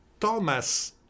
Thomas